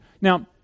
Now